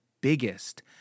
biggest –